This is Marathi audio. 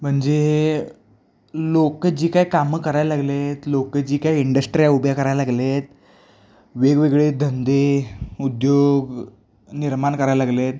म्हणजे लोकं जी काय कामं कराय लागलेत लोकं जी काय इंडस्ट्र्या उभ्या कराय लागलेत वेगवेगळे धंदे उद्योग निर्माण कराय लागलेत